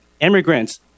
immigrants